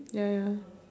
ya ya